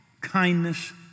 kindness